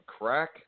crack